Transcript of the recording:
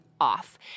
Off